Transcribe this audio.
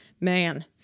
man